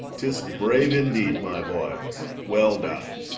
tis brave indeed, my boy well done